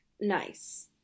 nice